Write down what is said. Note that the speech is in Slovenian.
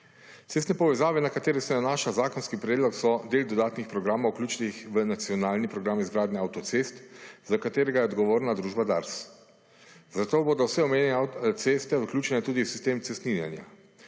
Ceste povezave na katere se nanaša zakonski predlog, so del dodatnih programov vključenih v nacionalni program izgradnje avtocest, za katerega je odgovorna družba DARS. Zato bodo vse omenjene ceste vključene tudi v sistem cestninjenja.